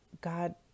God